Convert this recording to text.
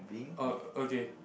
oh okay